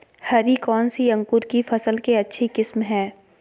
हरी कौन सी अंकुर की फसल के अच्छी किस्म है?